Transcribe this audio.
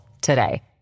today